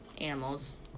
animals